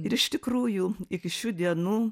ir iš tikrųjų iki šių dienų